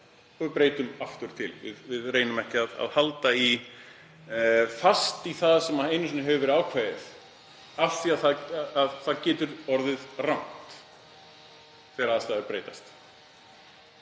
við breytum aftur til. Við reynum ekki að halda fast í það sem einu sinni hefur verið ákveðið af því að það getur orðið rangt þegar aðstæður breytast.